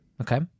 Okay